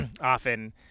often